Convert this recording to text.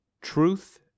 truth